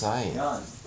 ya